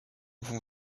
vont